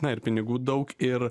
na ir pinigų daug ir